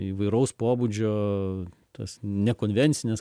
įvairaus pobūdžio tas nekonvencines